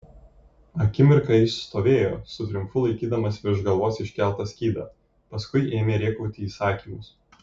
akimirką jis stovėjo su triumfu laikydamas virš galvos iškeltą skydą paskui ėmė rėkauti įsakymus